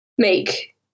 make